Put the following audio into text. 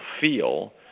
feel